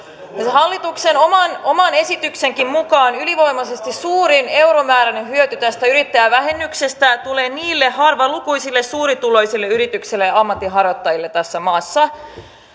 hallituksen oman oman esityksenkin mukaan ylivoimaisesti suurin euromääräinen hyöty tästä yrittäjävähennyksestä tulee harvalukuisille suurituloisille yrityksille ja ammatinharjoittajille tässä maassa